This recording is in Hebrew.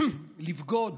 לבגוד